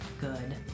good